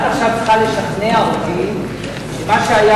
את עכשיו צריכה לשכנע אותי שמה שהיה